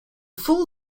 full